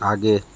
आगे